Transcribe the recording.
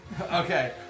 Okay